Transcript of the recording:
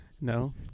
No